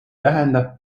tähenda